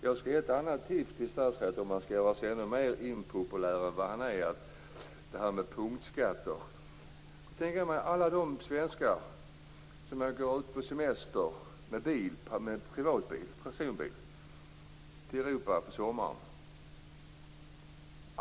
Jag skall ge ett tips angående punktskatter till statsrådet, om han skall göra sig ännu mer impopulär än han redan är. Man kan tänka sig alla de svenskar som åker på semester med privata personbilar till Europa på sommaren.